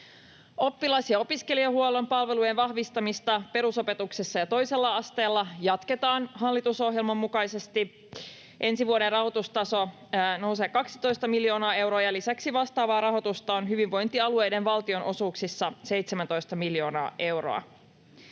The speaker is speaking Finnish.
Oppilas- ja opiskelijahuollon palvelujen vahvistamista perusopetuksessa ja toisella asteella jatketaan hallitusohjelman mukaisesti. Ensi vuoden rahoitustaso nousee 12 miljoonaa euroa, ja lisäksi vastaavaa rahoitusta on hyvinvointialueiden valtionosuuksissa 17 miljoonaa euroa.